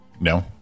no